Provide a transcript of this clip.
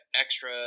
extra